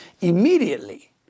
immediately